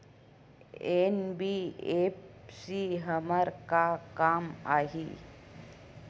NBFC हमर का काम आही?